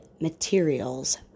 materials